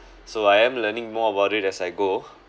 so I am learning more about it as I go